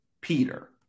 Peter